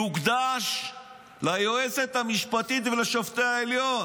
יוקדש ליועצת המשפטית ולשופטי העליון.